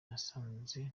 nasanze